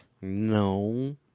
No